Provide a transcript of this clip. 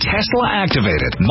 Tesla-activated